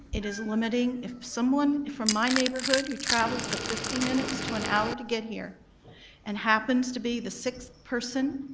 it is limiting. if someone from my neighborhood who travels the fifty minutes to an hour to get here and happens to be the sixth person,